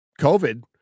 COVID